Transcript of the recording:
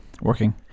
working